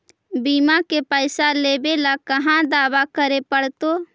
बिमा के पैसा लेबे ल कहा दावा करे पड़तै?